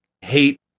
hate